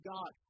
God